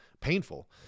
painful